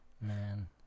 Man